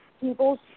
people